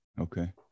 Okay